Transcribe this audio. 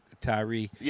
Tyree